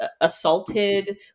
Assaulted